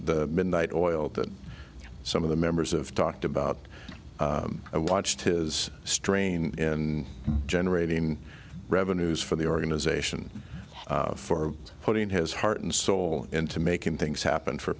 the midnight oil that some of the members of talked about i watched his strain in generating revenues for the organization for putting his heart and soul into making things happen for